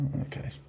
okay